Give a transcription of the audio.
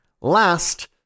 Last